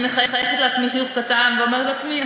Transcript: אני מחייכת לעצמי חיוך קטן ואומרת לעצמי: